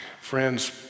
friends